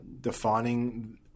defining